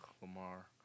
Lamar